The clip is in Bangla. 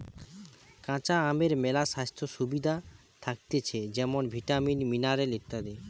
কাঁচা আমের মেলা স্বাস্থ্য সুবিধা থাকতিছে যেমন ভিটামিন, মিনারেল ইত্যাদি